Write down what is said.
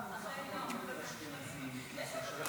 יש פה שר?